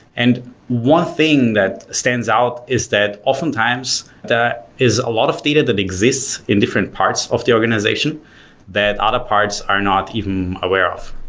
and one thing that stands out is that oftentimes, there is a lot of data that exists in different parts of the organization that other parts are not even aware of.